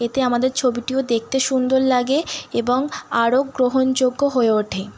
এতে আমাদের ছবিটিও দেখতে সুন্দর লাগে এবং আরো গ্রহণযোগ্য হয়ে ওঠে